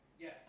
Yes